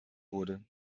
wurde